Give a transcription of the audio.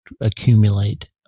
accumulate